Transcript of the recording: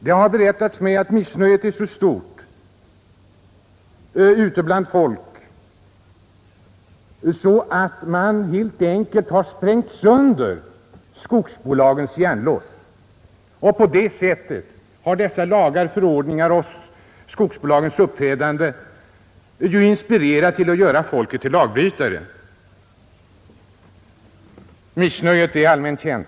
Det har berättats mig att missnöjet är så stort ute bland folk, att man helt enkelt har sprängt sönder skogsbolagens järnlås. På detta sätt har dessa lagar och förordningar samt skogsbolagens uppträdande inspirerat folk till att bli lagbrytare. Missnöjet är allmänt känt.